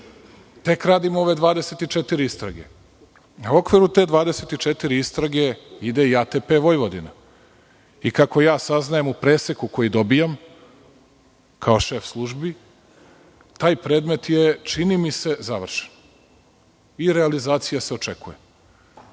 Tek radimo ove 24 istrage. U okviru tih 24 istraga ide i ATP Vojvodina. Kako saznajem u preseku koji dobijam, kao šef službi, taj predmet je, čini mi se, završen i očekuje